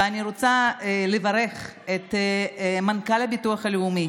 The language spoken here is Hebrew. ואני רוצה לברך את מנכ"ל הביטוח הלאומי